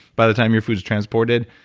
by the time your food's transported,